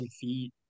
feet